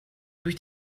durch